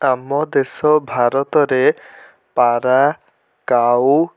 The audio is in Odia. ଆମ ଦେଶ ଭାରତରେ ପାରା କାଉ